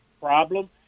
problem